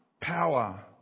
power